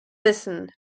wissen